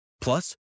Plus